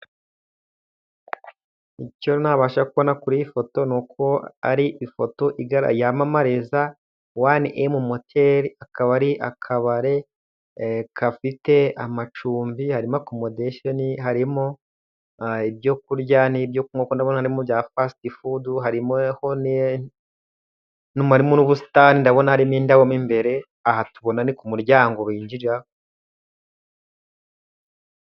Icyo nabasha kubona kuri y'ifoto, n'uko ari ifoto yamamariza wone m moteri, akaba ari akabare gafite amacumbi, harimo n'akomodesheni, harimo ibyo kurya n'i bya fasiti fudu, harimo honiyeni nubu harimo n'ubusitani ndabona harimo indabo imbere aha tubona ni ku muryango winjira.